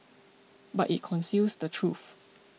but it conceals the truth